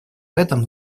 этом